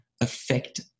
affect